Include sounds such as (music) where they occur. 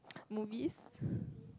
movies (breath)